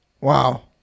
Wow